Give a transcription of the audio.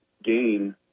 gain